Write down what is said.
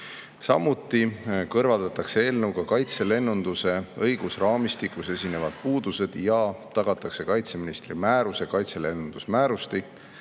Samuti kõrvaldatakse kaitselennunduse õigusraamistikus esinevad puudused ja tagatakse kaitseministri määruse "Kaitselennundusmäärustik"